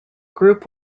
group